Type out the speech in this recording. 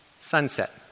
sunset